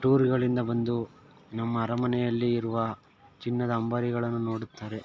ಟೂರುಗಳಿಂದ ಬಂದು ನಮ್ಮ ಅರಮನೆಯಲ್ಲಿ ಇರುವ ಚಿನ್ನದ ಅಂಬಾರಿಗಳನ್ನು ನೋಡುತ್ತಾರೆ